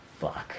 Fuck